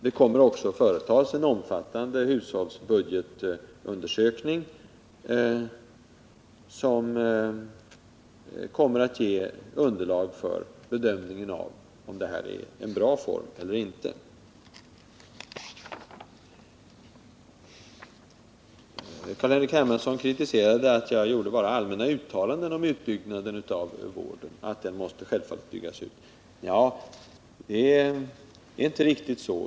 Det kommer också att företas en omfattande hushållsbudgetundersökning, som kommer att ge underlag för bedömningen av om det här är en bra form eller inte. Carl-Henrik Hermansson kritiserade att jag bara gjorde allmänna uttalanden om att vården självfallet måste byggas ut. Det är inte riktigt så.